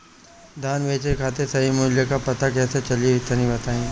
धान बेचे खातिर सही मूल्य का पता कैसे चली तनी बताई?